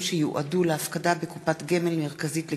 שיועדו להפקדה בקופת גמל מרכזית לקצבה),